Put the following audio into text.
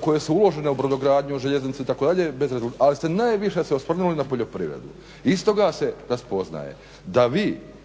koje su uložene u brodogradnju, u željeznicu itd, bez rezultata ali ste najviše se osvrnuli na poljoprivredu. Iz toga se raspoznaje da vi